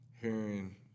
hearing